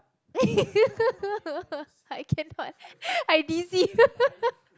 I cannot I dizzy